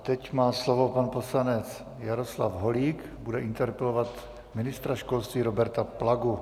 Teď má slovo pan poslanec Jaroslav Holík, bude interpelovat ministra školství Roberta Plagu.